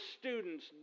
students